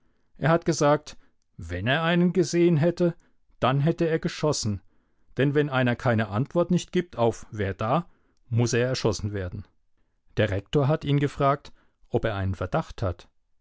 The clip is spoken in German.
er hat gesagt wenn er einen gesehen hätte dann hätte er geschossen denn wenn einer keine antwort nicht gibt auf wer da muß er erschossen werden der rektor hat ihn gefragt ob er einen verdacht hat